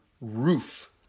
Roof